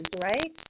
right